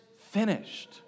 finished